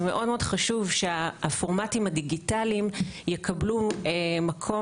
מאוד חשוב שהפורמטים הדיגיטליים יקבלו מקום